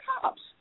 cops